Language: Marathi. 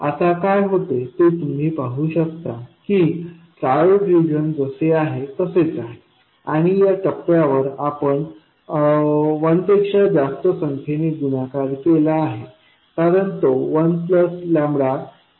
आता काय होते ते तुम्ही पाहू शकता की ट्रायोड रिजन जसे आहे तसेच आहे आणि या टप्प्यावर आपण 1 पेक्षा जास्त संख्येने गुणाकार केला आहे कारण तो 1 VDS आहे